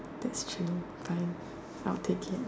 that's true by now they can